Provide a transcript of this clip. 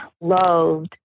loved